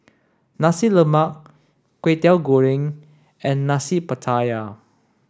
Nasi Lemak Kway Teow Goreng and Nasi Pattaya